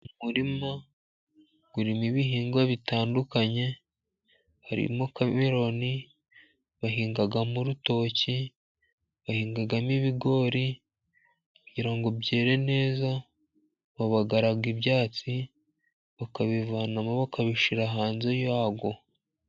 Umurima urimo ibihingwa bitandukanye, harimo kameroni, bahinga mo urutoki, bahingamo ibigori, kugira ngo byere neza babagara ibyatsi bakabivanamo, bakabishyira hanze ya wo.